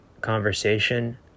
conversation